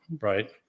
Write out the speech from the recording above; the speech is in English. Right